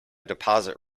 deposit